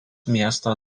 miesto